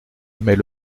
mais